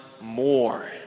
more